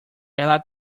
ela